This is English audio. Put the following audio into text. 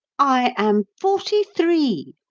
i am forty-three,